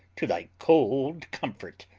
to thy cold comfort,